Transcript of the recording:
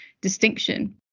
distinction